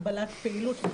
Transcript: הגבלת פעילות,